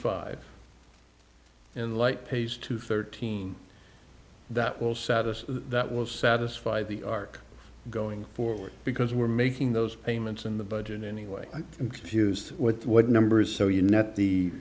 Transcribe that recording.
five in light pays two thirteen that will satisfy that will satisfy the arc going forward because we're making those payments in the budget anyway i'm confused with what numbers so you know the